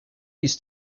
used